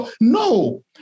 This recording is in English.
No